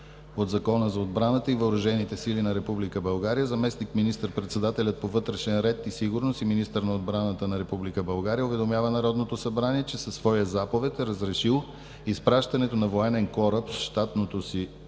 от Закона за отбраната и въоръжените сили на Република България заместник министър-председателят по вътрешен ред и сигурност и министър на отбраната на Република България уведомява Народното събрание, че със своя заповед е разрешил изпращането на военен кораб с щатното си